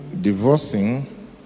divorcing